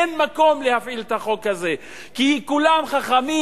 אין מקום להפעיל את החוק הזה כי כולם חכמים